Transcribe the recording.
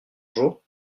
jour